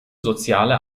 soziale